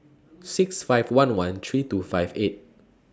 six five one one three two five eight